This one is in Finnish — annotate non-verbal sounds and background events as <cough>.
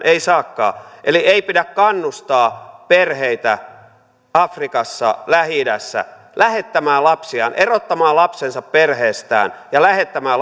<unintelligible> ei saakaan eli ei pidä kannustaa perheitä afrikassa ja lähi idässä lähettämään lapsiaan erottamaan lapsensa perheestään ja lähettämään <unintelligible>